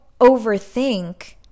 overthink